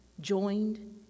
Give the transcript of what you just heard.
joined